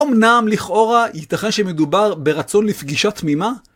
אמנם לכאורה ייתכן שמדובר ברצון לפגישת תמימה.